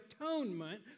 atonement